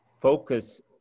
focus